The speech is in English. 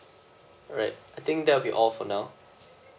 alright I think that will be all for now